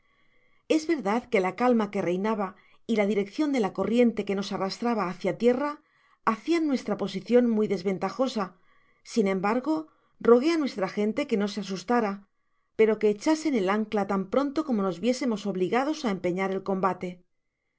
es verdad que la calma que reinaba y la direccion de la corriente que nos arrastraba hácia tierra hacían nuestra posicion muy desventajosa sin embargo rogué á nuestra gente que no se asustara pero que echasen el ancla tan pronto como nos viésemos obligados á empeñar el combate